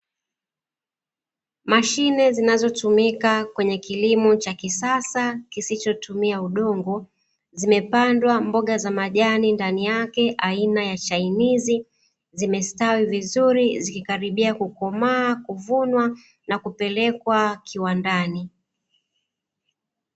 Mashine zinazotumika kwenye kilimo cha kisasa kisichotumia udongo, zimepandwa mboga za majani ndani yake aina ya chainizi. Zimestawi vizuri zikikaribia kukomaa, kuvunwa, na kupelekwa kiwandani.